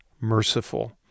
merciful